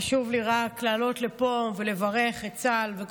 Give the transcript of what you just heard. חשוב לי רק לעלות לפה ולברך את צה"ל ואת